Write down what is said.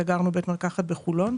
לכן סגרנו בית מרקחת בחולון.